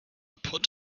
put